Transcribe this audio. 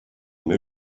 meu